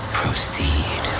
proceed